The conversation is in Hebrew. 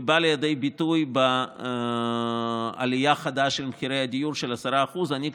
ובא לידי ביטוי בעלייה חדה של 10% במחירי הדיור.